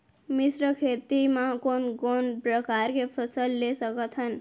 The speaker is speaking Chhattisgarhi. मिश्र खेती मा कोन कोन प्रकार के फसल ले सकत हन?